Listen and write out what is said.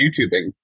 YouTubing